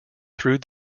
through